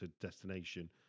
destination